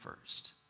first